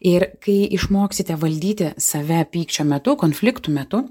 ir kai išmoksite valdyti save pykčio metu konfliktų metu